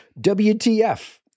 WTF